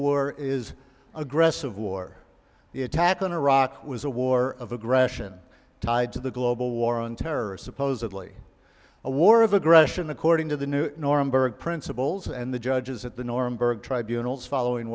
war is aggressive war the attack on iraq was a war of aggression tied to the global war on terror supposedly a war of aggression according to the new norm berg principles and the judges at the norm berg tribunals following